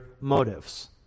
motives